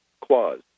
clause